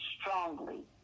strongly